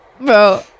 Bro